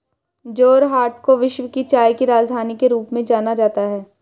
जोरहाट को विश्व की चाय की राजधानी के रूप में जाना जाता है